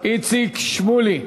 איציק שמולי.